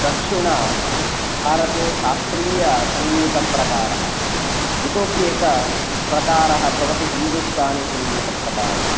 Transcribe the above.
दक्षिणभारते शास्त्रीयसङ्गीतप्रकारः इतोप्येक प्रकारः भवति हिन्दुस्तानिसङ्गीतप्रकारः